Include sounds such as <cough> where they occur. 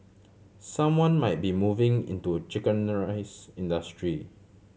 someone might be moving into chicken <unintelligible> rice industry